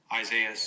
Isaiah